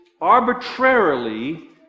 arbitrarily